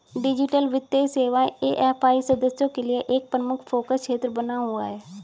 digital वित्तीय सेवाएं AFI सदस्यों के लिए एक प्रमुख फोकस क्षेत्र बना हुआ है